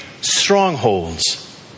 strongholds